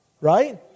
right